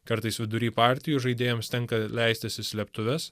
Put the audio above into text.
kartais vidury partijų žaidėjams tenka leistis į slėptuves